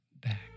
back